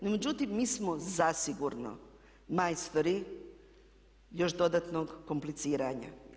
No međutim, mi smo zasigurno majstori još dodatnog kompliciranja.